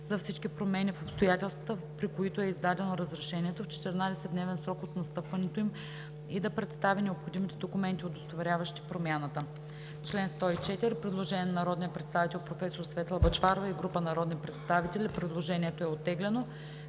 за всички промени в обстоятелствата, при които е издадено разрешението, в 14-дневен срок от настъпването им и да представи необходимите документи, удостоверяващи промяната.“ По чл. 104 има предложение на народния представител професор Светла Бъчварова и група народни представители. Предложението е оттеглено.